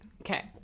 Okay